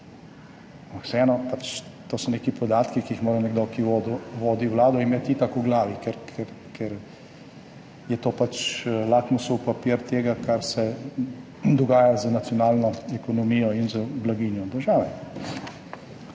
to so neki podatki, ki jih mora nekdo, ki vodi vlado, imeti itak v glavi, ker je to pač lakmusov papir tega, kar se dogaja z nacionalno ekonomijo in z blaginjo države.